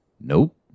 Nope